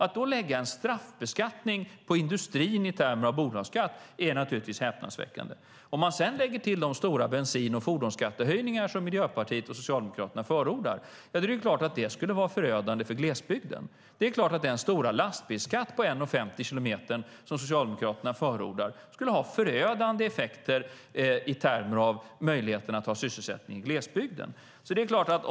Att då lägga en straffbeskattning på industrin i termer av bolagsskatt är häpnadsväckande. Om vi till det lägger de stora bensin och fordonsskattehöjningar som Miljöpartiet och Socialdemokraterna förordar vore det förödande för glesbygden. Likaså skulle den stora lastbilsskatt på 1:50 per kilometer som Socialdemokraterna förordar ha förödande effekter i termer av sysselsättningsmöjligheter i glesbygden.